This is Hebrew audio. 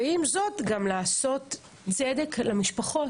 ועם זאת, גם לעשות צדק למשפחות.